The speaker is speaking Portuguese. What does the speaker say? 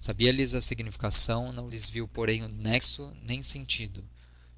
sabia lhes a significação não lhes viu porém nexo nem sentido